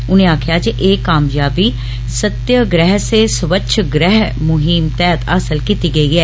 उनें आक्खेआ जे ए कामयाबी सत्यग्रह से स्वच्छ ग्रह मुहीम तैहत हासल कीती गेई ऐ